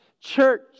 Church